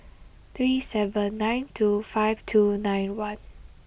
three seven nine two five two nine one